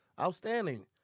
outstanding